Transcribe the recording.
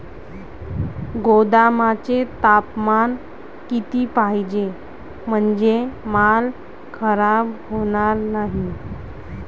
गोदामाचे तापमान किती पाहिजे? म्हणजे माल खराब होणार नाही?